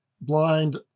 blind